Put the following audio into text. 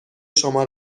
شما